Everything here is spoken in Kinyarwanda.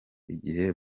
igihe